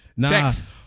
sex